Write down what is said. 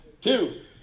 Two